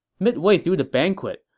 midway through the banquet,